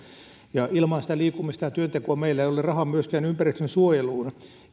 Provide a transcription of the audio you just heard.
ja ilman sitä liikkumista ja työntekoa meillä ei ole rahaa myöskään ympäristönsuojeluun